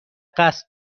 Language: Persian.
قصد